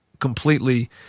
completely